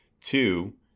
Two